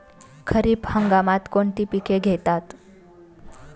खरीप हंगामात कोणती पिके घेतात?